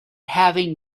having